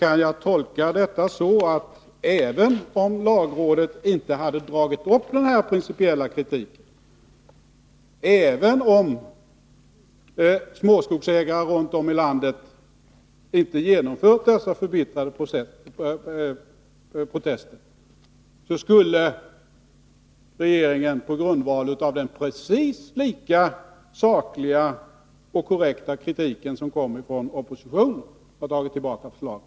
Kan jag tolka detta så att även om lagrådet inte hade dragit upp denna principiella kritik och även om småskogsägare runt om i landet inte framfört dessa förbittrade protester, så skulle regeringen på grundval av den precis lika sakliga och korrekta kritiken som kommit från oppositionen ha dragit tillbaka förslaget?